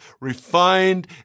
refined